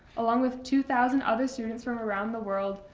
along with two thousand other students from around the world,